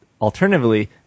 Alternatively